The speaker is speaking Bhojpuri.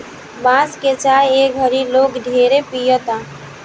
बांस के चाय ए घड़ी लोग ढेरे पियता